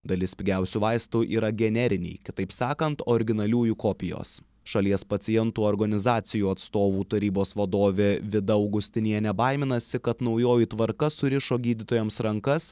dalis pigiausių vaistų yra generiniai kitaip sakant originaliųjų kopijos šalies pacientų organizacijų atstovų tarybos vadovė vida augustinienė baiminasi kad naujoji tvarka surišo gydytojams rankas